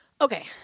Okay